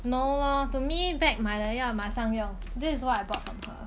no lor to me bag 买了要马上用 this is what I bought from her